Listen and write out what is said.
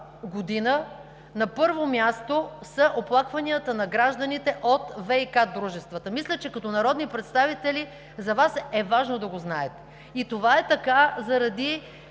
година, на първо място са оплакванията на гражданите от ВиК дружествата. Мисля, че като народни представители за Вас е важно да го знаете. И това е така заради